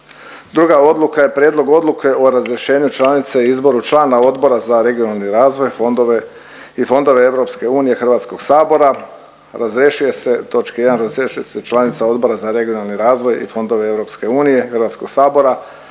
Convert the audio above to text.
Druga odluka je Prijedlog odluke o razrješenju članice i izboru člana Odbora za regionalni razvoj i fondove EU Hrvatskog sabora. Razrješuje se u točki jedan razrješuje se članica Odbora za regionalni razvoj i fondove EU Hrvatskog sabora